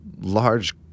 large